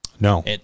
No